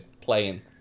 playing